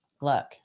look